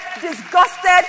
disgusted